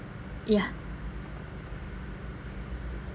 ya